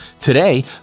Today